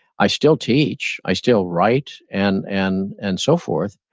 i still teach, i still write, and and and so forth,